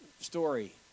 story